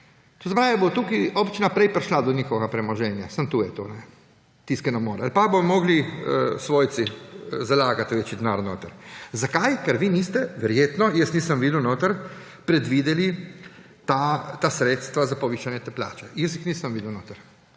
da bo tukaj občina prej prišla do njihovega premoženja. Samo to je to – tisti, ki ne more. Pa bodo morali svojci zalagati večji denar noter. Zakaj? Ker vi niste, verjetno – jaz nisem videl notri – predvideli teh sredstev za povišanje te plače, jaz jih nisem videl notri.